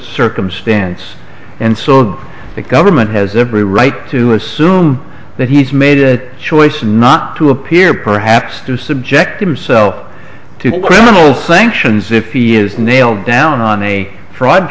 circumstance and so the government has every right to assume that he's made a choice not to appear perhaps to subject himself to criminal sanctions if he is nailed down on a fraud